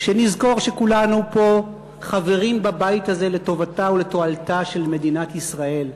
שנזכור שכולנו פה חברים בבית הזה לטובתה ולתועלתה של מדינת ישראל,